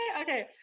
okay